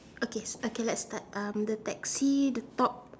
okay okay let's start um the taxi the top